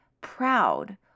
proud